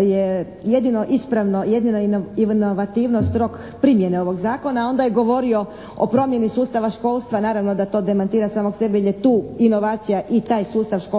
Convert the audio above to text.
je jedino ispravno jedino inovativnost rok primjene ovog Zakona, onda je govorio o promjeni sustava školstva, naravno da to demantira samog sebe jer je tu inovacija i taj sustav školstva,